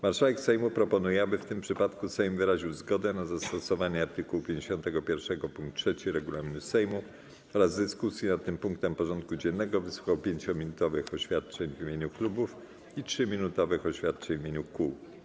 Marszałek Sejmu proponuje, aby w tym przypadku Sejm wyraził zgodę na zastosowanie art. 51 pkt 3 regulaminu Sejmu oraz w dyskusji nad tym punktem porządku dziennego wysłuchał 5-minutowych oświadczeń w imieniu klubów i 3-minutowych oświadczeń w imieniu kół.